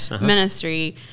ministry